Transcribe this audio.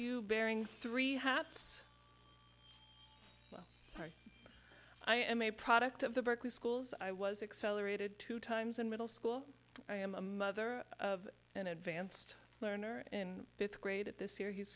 you bearing three hats i am a product of the berkeley schools i was excel aerated two times in middle school i am a mother of an advanced learner in fifth grade at this year he